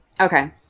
Okay